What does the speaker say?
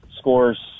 scores